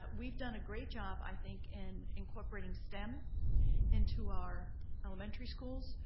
but we've done a great job i think in incorporating stem into our elementary schools.